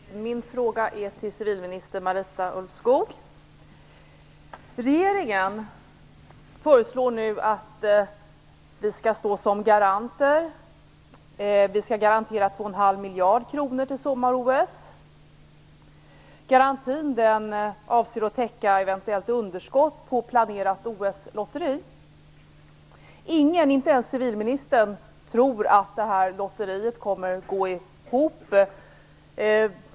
Herr talman! Min fråga riktar sig till civilminister Regeringen föreslår nu att vi skall stå som garanter. Vi skall garantera 2,5 miljarder kronor till sommar-OS. Garantin avser att täcka ett eventuellt underskott vid ett planerat OS-lotteri. Ingen, inte ens civilministern, tror att lotteriet kommer att gå ihop.